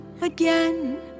again